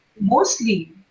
mostly